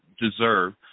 deserve